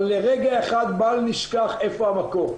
אבל לרגע אחד בל נשכח איפה המקור.